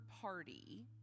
party